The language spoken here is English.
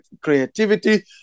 creativity